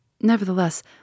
Nevertheless